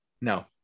no